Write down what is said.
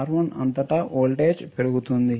R1 అంతటా voltage పెరుగుతుంది